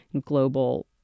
global